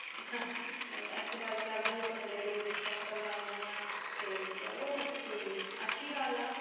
exercise ਕਰਦੇ ਆ ਵੀ ਭੰਗੜੇ ਦੇ ਵਿੱਚ ਸਟੈੱਪ ਕਰਨ ਲੱਗ ਜਾਂਦੀ ਹਾਂ ਅਤੇ ਚਲੋ ਕੀ ਅੱਛੀ ਗੱਲ ਆ